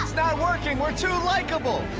it's not working! we're too likable!